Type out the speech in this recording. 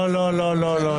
לא, לא, לא.